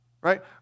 Right